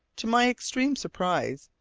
to my extreme surprise,